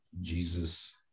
Jesus